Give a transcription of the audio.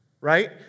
right